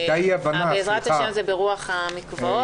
בעזרת השם זה ברוח המקוואות.